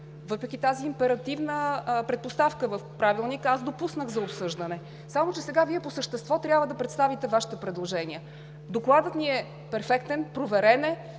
Въпреки тази императивна предпоставка в Правилника аз допуснах обсъждане. Само че сега Вие по същество трябва да представите Вашите предложения. Докладът ни е перфектен, проверен е.